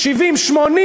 70,000,